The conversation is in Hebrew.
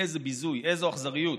איזה ביזוי, איזו אכזריות.